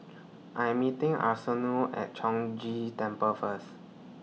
I'm meeting Arsenio At Chong Ghee Temple First